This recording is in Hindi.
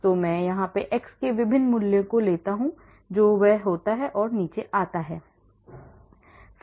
तो मैं x के विभिन्न मूल्यों को लेता हूं जो होता है वह नीचे आता है